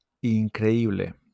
increíble